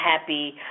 happy